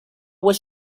was